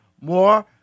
more